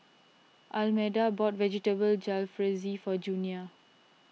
Almeda bought Vegetable Jalfrezi for Junia